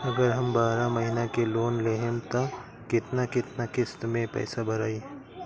अगर हम बारह महिना के लोन लेहेम त केतना केतना किस्त मे पैसा भराई?